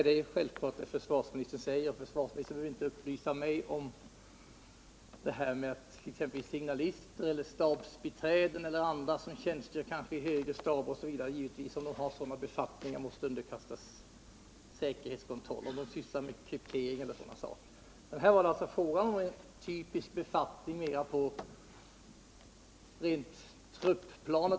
Herr talman! Det som försvarsministern säger är självklart. Försvarsministern behöver inte upplysa mig om att signalister, stabsbiträden eHer andra som tjänstgör i högre staber måste underkastas säkerhetskontroll om de sysslar med kryptering eller sådana saker. Men här var det alltså fråga om en typisk befattning mer på så att säga trupplan.